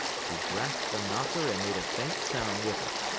he grasped the knocker and made a faint sound with it.